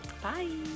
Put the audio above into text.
Bye